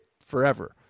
forever